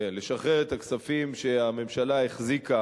לשחרר את הכספים שהממשלה החזיקה